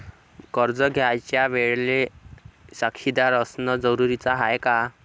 कर्ज घ्यायच्या वेळेले साक्षीदार असनं जरुरीच हाय का?